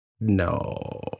No